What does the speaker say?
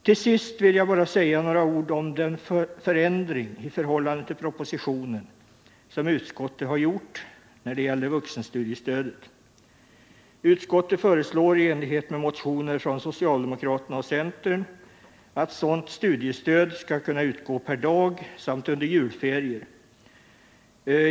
Till sist vill jag bara säga några ord om den förändring i förhållande till propositionen som utskottet föreslår när det gäller vuxenstudiestödet. Utskottet föreslår i enlighet med motioner från socialdemokraterna och centern att sådant studiestöd skall kunna utgå per dag samt under julferier.